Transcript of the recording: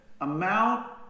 amount